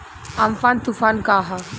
Amphan तुफान का ह?